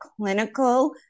clinical